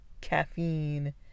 caffeine